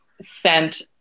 sent